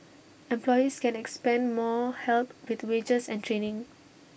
employees can expect more help with wages and training